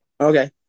Okay